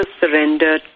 surrender